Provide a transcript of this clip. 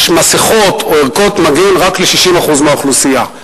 מסכות או ערכות מגן רק ל-60% מהאוכלוסייה,